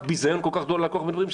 ביזיון כל-כך גדולה מכל-כך הרבה דברים,